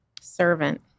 Servant